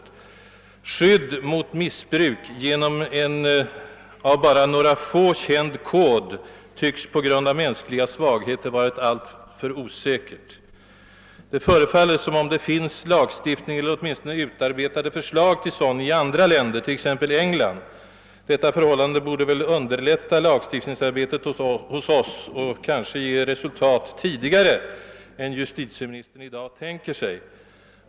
Ett skydd mot missbruk genom en av bara några få känd kod tycks på grund av mänskliga svagheter också vara alltför osäkert. Det förefaller som om det finns lagstiftning eller åtminstone utarbetade förslag till sådan lagstiftning i en del andra länder, t.ex. i England. Detta förhållande borde väl underlätta lagstiftningsarbetet hos oss och kanske ge resultat tidigare än justitieministern i dag tänker sig.